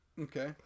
Okay